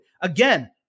Again